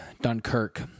Dunkirk